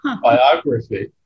biography